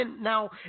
now